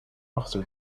officer